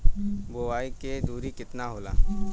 बुआई के दुरी केतना होला?